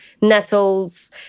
nettles